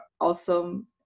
awesome